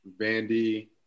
Vandy